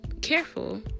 careful